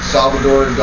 Salvador